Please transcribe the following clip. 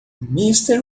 mister